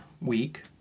week